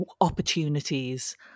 opportunities